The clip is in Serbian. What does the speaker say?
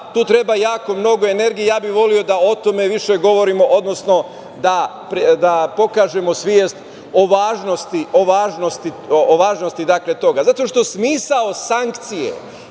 tu treba jako mnogo energije. Voleo bih da o tome više govorimo, odnosno da pokažemo svest o važnosti toga. Zato što smisao sankcije